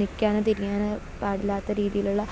നിൽക്കാനോ തിരിയാനോ പാടില്ലാത്ത രീതിയിലുള്ള